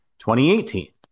2018